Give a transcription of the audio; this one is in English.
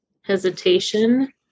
hesitation